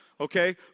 okay